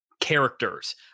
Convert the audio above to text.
characters